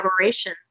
collaborations